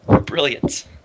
Brilliant